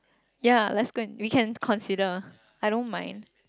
ya let's go and we can consider I don't mind